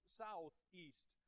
southeast